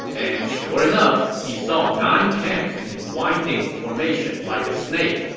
and sure enough, he saw nine camps in a winding formation like snake,